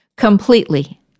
Completely